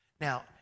Now